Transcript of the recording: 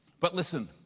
but listen,